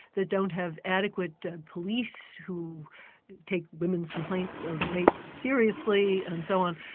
that don't have adequate police who take women's complaints of rape seriously and so on,